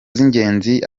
z’ingenzi